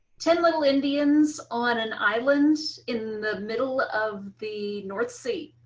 ten little indians on an island in the middle of the north sea.